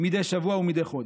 מדי שבוע ומדי חודש.